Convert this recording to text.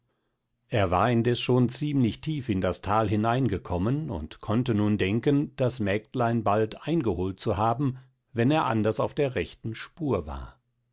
er war indes schon ziemlich tief in das tal hineingekommen und konnte nun denken das mägdlein bald eingeholt zu haben wenn er anders auf der rechten spur war